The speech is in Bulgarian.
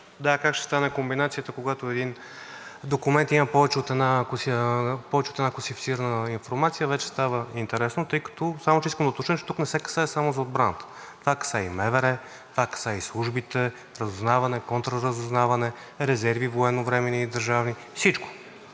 Как ще стане комбинацията, когато един документ има повече от една класифицирана информация, вече става интересно. Само че искам да уточня, че тук не се касае само за отбраната. Това касае и МВР, това касае и службите „Разузнаване“, „Контраразузнаване“, „Военновременни и държавни